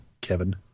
kevin